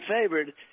favored